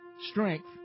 strength